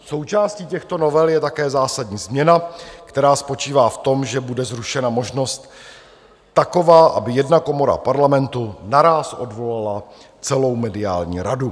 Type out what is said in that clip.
Součástí těchto novel je také zásadní změna, která spočívá v tom, že bude zrušena možnost taková, aby jedna komora Parlamentu naráz odvolala celou mediální radu.